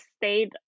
stayed